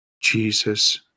Jesus